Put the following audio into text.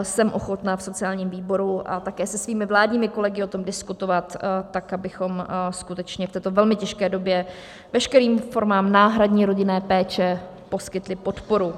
Jsem ochotna v sociálním výboru a také se svými vládními kolegy o tom diskutovat tak, abychom skutečně v této velmi těžké době veškerým formám náhradní formě rodinné péče poskytli podporu.